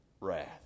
wrath